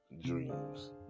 dreams